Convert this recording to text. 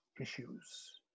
issues